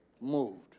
moved